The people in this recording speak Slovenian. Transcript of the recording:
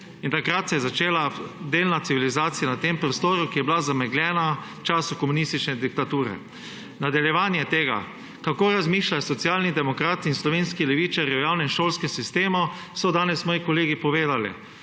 in takrat se je začela delna civilizacija na tem prostoru, ki je bila zamegljena v času komunistične diktature. Nadaljevanje tega, kako razmišljajo Socialni demokrati in slovenski levičarji o javnem šolskem sistemu, so danes moji kolegi povedali.